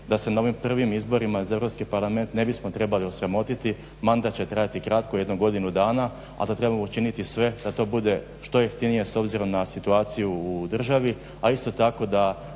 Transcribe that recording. da se na ovim prvim izborima za Europski parlament ne bismo trebali osramotiti. Mandat će trajati kratko jedno godinu dana, a da trebamo učiniti sve da to bude što jeftinije s obzirom na situaciju u državi, a isto tako da